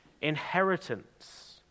inheritance